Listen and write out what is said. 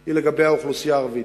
היא לגבי האוכלוסייה הערבית.